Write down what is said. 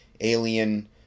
alien